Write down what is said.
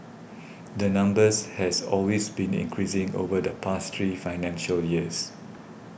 the numbers has always been increasing over the past three financial years